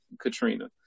katrina